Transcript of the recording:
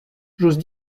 j’ose